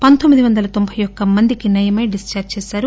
పందొమ్మి ది వందల తొంబై యొక్క మందికి నయమై డిశ్చార్టి చేశారు